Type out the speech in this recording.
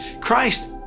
Christ